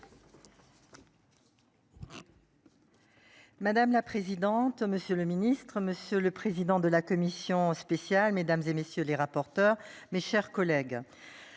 Madame la présidente, monsieur le ministre, monsieur le président de la commission spéciale mesdames et messieurs les rapporteurs, mes chers collègues.